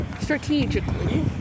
Strategically